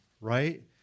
right